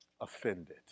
offended